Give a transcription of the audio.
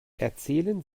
erzählen